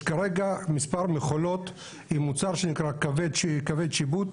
יש כרגע מספר מכולות עם מוצר שנקרא כבד שיבוט,